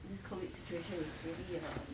this COVID situation was really a